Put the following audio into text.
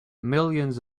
millions